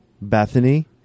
Bethany